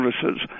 Services